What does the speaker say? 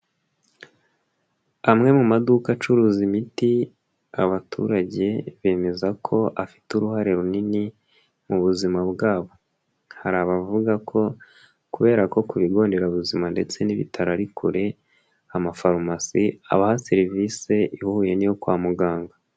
Amwe mu maduka acuruza imiti, abaturage bemeza ko afite uruhare runini mu buzima bwabo. Hari abavuga ko kubera ko ku bigo nderabuzima ndetse n'ibitaro ari kure, amafarumasi abaha serivisi, ihuye n'iyo kwa muganga.